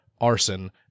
arson